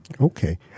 Okay